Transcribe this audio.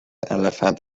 elephant